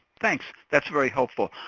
thanks, that's very helpful.